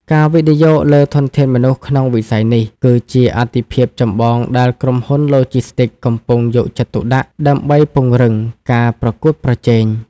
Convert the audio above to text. ការវិនិយោគលើធនធានមនុស្សក្នុងវិស័យនេះ គឺជាអាទិភាពចម្បងដែលក្រុមហ៊ុនឡូជីស្ទីកកំពុងយកចិត្តទុកដាក់ដើម្បីពង្រឹងការប្រកួតប្រជែង។